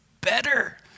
better